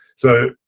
so